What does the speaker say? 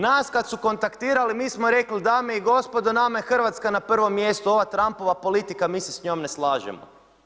Nas kada su kontaktirali, mi smo rekli, dame i gospodo, nama je Hrvatska na prvom mjestu, ova Trumpova politika, mi se s njom ne slažemo.